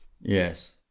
yes